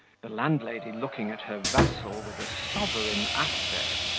the landlady, looking at her vassal with a sovereign aspect,